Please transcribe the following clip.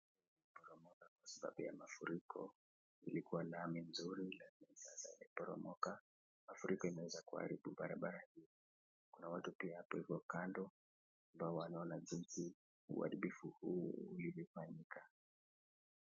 kwa sababu ya mafuriko ilikuwa damu nzuri lakini sasa imeporomoka. Mafuriko imeweza kuharibu barabara hiyo. Kuna watu pia hapo hivyo kando ambao wanaona jinsi uharibifu huu ulivyofanyika.